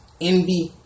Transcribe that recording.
Envy